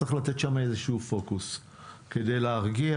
צריך לתת שם איזשהו פוקוס כדי להרגיע.